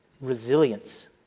resilience